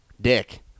dick